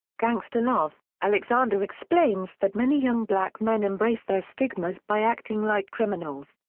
gangsta love alexander explains that many young black men embrace their stigmas by acting like criminals.